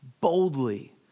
boldly